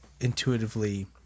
intuitively